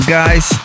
guys